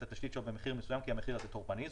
התשתית שלו במחיר מסוים כי המחיר הזה טורפני.